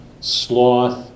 sloth